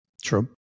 True